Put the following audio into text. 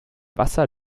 wasser